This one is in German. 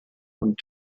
und